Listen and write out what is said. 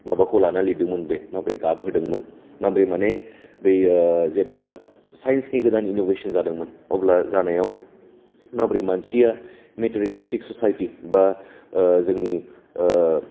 माबाखौ लाना लिरदोंमोन बे माब्रै गाबहोदोंमोन माब्रै माने बै जेब्ला सायन्सनि गोदान इन'भेशन जादोंमोन अब्ला जानायाव माब्रै मानसिया मेटेरियेलिस्टिक ससायटि बा जोंनि